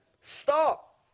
stop